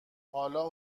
حالا